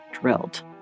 drilled